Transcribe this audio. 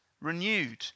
renewed